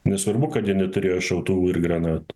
nesvarbu kad jie neturėjo šautuvų ir granatų